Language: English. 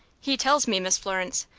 he tells me, miss florence,